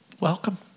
welcome